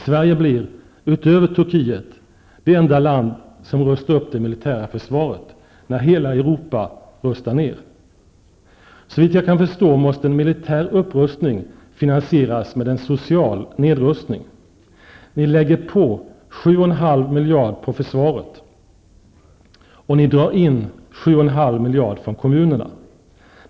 Sverige blir -- utöver Turkiet -- det enda land som rustar upp det militära försvaret när hela Europa rustar ner. Såvitt jag kan förstå måste en militär upprustning finansieras med en social nedrustning. Ni lägger på 7,5 miljarder på försvaret, och ni drar in 7,5 miljarder från kommunerna.